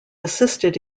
assisted